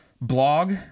blog